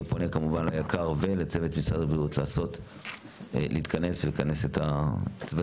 אני פונה כמובן ליקר ולצוות משרד הבריאות להתכנס ולכנס את הצוותים